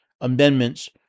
amendments